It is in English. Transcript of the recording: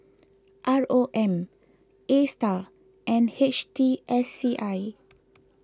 R O M A Star and H T S C I